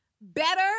better